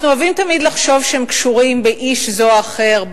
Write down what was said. אנחנו אוהבים תמיד לחשוב שהם קשורים באיש זה או אחר,